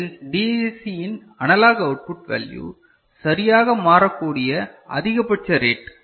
அது DAC இன் analog output value சரியாக மாறக்கூடிய அதிகபட்ச ரேட்